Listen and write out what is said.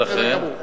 ולכן?